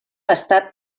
estat